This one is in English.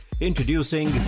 Introducing